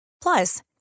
Plus